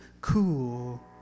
cool